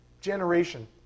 generation